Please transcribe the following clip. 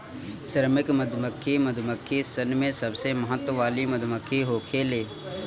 श्रमिक मधुमक्खी मधुमक्खी सन में सबसे महत्व वाली मधुमक्खी होखेले